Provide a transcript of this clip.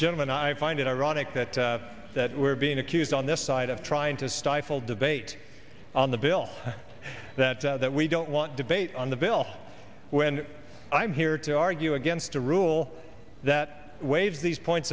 man i find it ironic that that we're being accused on this side of trying to stifle debate on the bill that that we don't want debate on the bill when i'm here to argue against a rule that waive these points